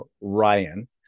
Ryan